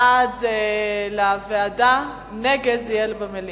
בעד: ועדה, נגד: מליאה.